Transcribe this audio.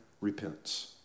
repents